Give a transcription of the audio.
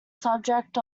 subject